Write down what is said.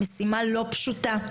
משימה לא פשוטה,